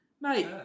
Mate